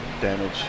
damage